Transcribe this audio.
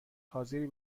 حاضری